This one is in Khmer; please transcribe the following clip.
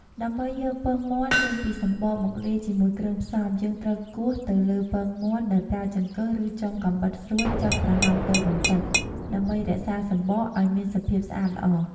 ដើម្បីយកពងមាន់ចេញពីសំបកមកលាយជាមួយគ្រឿងផ្សំ យើងត្រូវគោះទៅលើពងមាន់ដោយប្រើចង្កឹះឬចុងកាំបិតស្រួចចោះប្រហោងតូចបន្តិច ដើម្បីរក្សាសំបកឲ្យមានសភាពស្អាតល្អ។